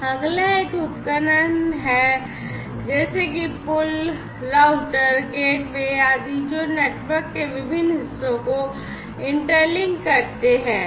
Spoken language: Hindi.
अगला एक उपकरण है जैसे कि bridges routers gateways आदि जो नेटवर्क के विभिन्न हिस्सों को इंटरलिंक करते हैं